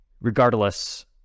regardless